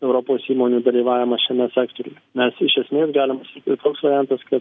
europos įmonių dalyvavimą šiame sektoriuj nes iš esmės galimas ir toks variantas kad